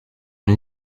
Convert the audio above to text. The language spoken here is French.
une